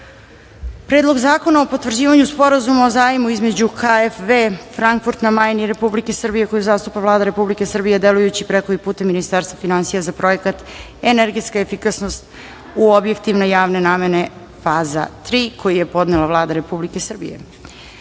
Predlog zakona o potvrđivanju Sporazuma o zajmu između KfW, Frankfurt na Majni i Republike Srbije koju zastupa Vlada Republike Srbije delujući preko i putem Ministarstva finansija za projekat „Energetska efikasnost u objektima javne namene, faza III“ koji je podnela Vlada Republike Srbije;27.